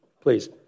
please